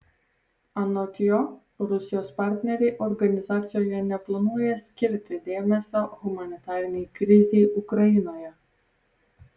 anot jo rusijos partneriai organizacijoje neplanuoja skirti dėmesio humanitarinei krizei ukrainoje